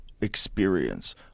experience